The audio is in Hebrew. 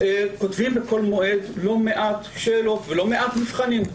כותבים בכל מועד לא מעט שאלות ולא מעט מבחנים,